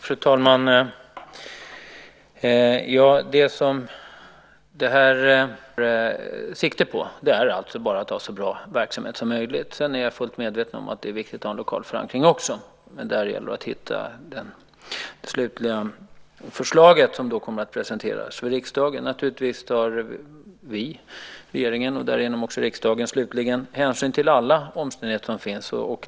Fru talman! Detta tar alltså enbart sikte på att få en så bra verksamhet som möjligt. Jag är fullt medveten om att det är viktigt att också ha en lokal förankring, men det gäller att hitta det slutliga förslaget, som sedan kommer att presenteras för riksdagen. Naturligtvis tar regeringen, och därigenom också riksdagen, hänsyn till alla omständigheter som finns.